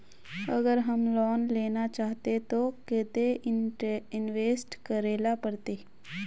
अगर हम लोन लेना चाहते तो केते इंवेस्ट करेला पड़ते?